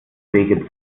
wege